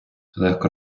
легко